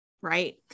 Right